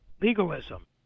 legalism